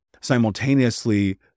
simultaneously